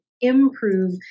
improve